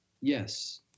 Yes